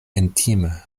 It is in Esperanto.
intime